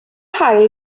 haul